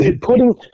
putting